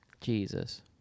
Jesus